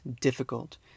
difficult